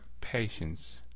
patience